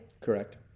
Correct